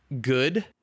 good